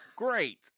great